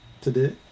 today